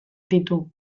ditu